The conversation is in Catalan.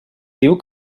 diu